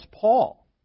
Paul